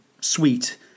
sweet